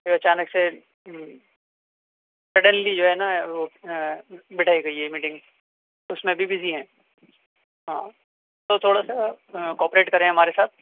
اچانک سے سڈنلی جو ہے نا وہ بٹھائی گئی ہے میٹنگ تو اس میں ابھی بزی ہیں ہاں تو تھوڑا سا کوپریٹ کریں ہمارے ساتھ